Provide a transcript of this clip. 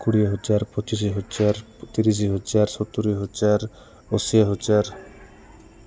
କୋଡ଼ିଏ ହଜାର ପଚିଶି ହଜାର ତିରିଶି ହଜାର ସତୁରୀ ହଜାର ଅଶୀ ହଜାର